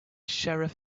sheriff